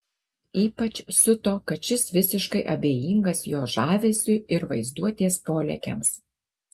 ypač siuto kad šis visiškai abejingas jo žavesiui ir vaizduotės polėkiams